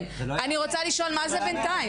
אני רוצה לשאול מה זה בינתיים?